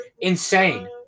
insane